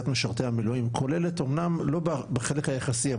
משרתי המילואים כוללת אמנם לא בחלק היחסי,